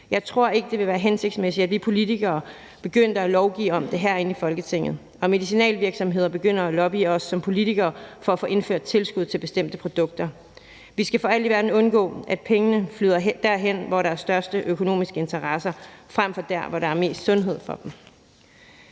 Jeg tror ikke, det ville være hensigtsmæssigt, at vi politikere begyndte at lovgive om det herinde i Folketinget, så medicinalvirksomheder begynder at lobbye os som politikere for at få indført tilskud til bestemte produkter. Vi skal for alt i verden undgå, at pengene flyder derhen, hvor der er de største økonomiske interesser, frem for derhen, hvor der er mest sundhed for dem.